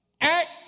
act